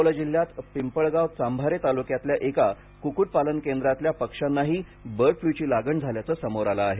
अकोला जिल्ह्यात पिंपळगाव चांभारे तालुक्यातल्या एका कुक्कुट पालन केंद्रातल्या पक्ष्यांनाही बर्ड फ्ल्यूची लागण झाल्याचं समोर आलं आहे